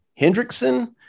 Hendrickson